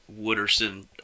Wooderson